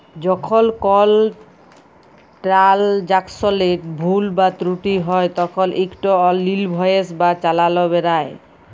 যখল কল ট্রালযাকশলে ভুল বা ত্রুটি হ্যয় তখল ইকট ইলভয়েস বা চালাল বেরাই